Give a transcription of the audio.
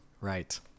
right